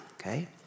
okay